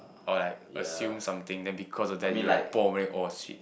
or like assume something then because of that you're like bom and then like oh shit